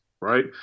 right